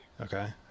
Okay